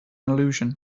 illusion